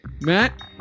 Matt